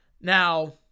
Now